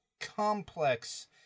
complex